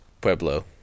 Pueblo